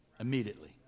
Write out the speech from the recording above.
immediately